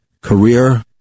career